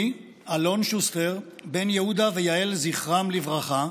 אני, אלון שוסטר, בן יהודה ויעל זכרם לברכה,